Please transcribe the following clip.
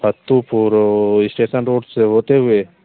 station road से होते हुए